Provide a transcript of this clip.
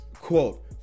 Quote